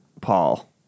Paul